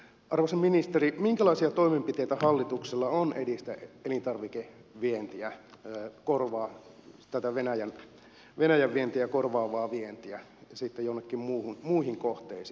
arvoisa ministeri minkälaisia toimenpiteitä hallituksella on edistää elintarvikevientiä tätä venäjän vientiä korvaavaa vientiä sitten jonnekin muihin kohteisiin